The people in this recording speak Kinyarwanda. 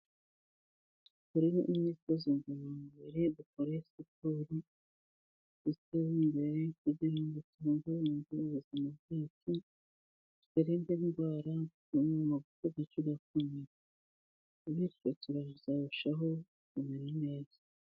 Kore imyitozo ngorora mubiri dukore siporo kuko siporo n'ingira kamaroumugabocyangwa umugore wakoze siporo agira ubuzima bwiza kandi na none twirinde indwara, bamwe tugakomera bityo tukarushaho kumera neza.